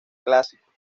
clásico